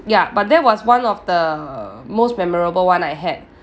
ya but that was one of the most memorable one I had